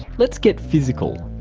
let's get physical.